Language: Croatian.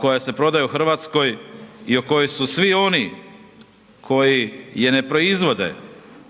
koja se prodaje u Hrvatskoj i o kojoj su svi oni koji je ne proizvode